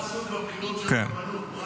הוא עסוק בבחירות של הרבנות.